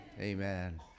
Amen